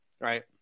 right